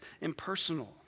impersonal